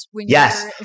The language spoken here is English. Yes